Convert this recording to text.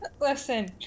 Listen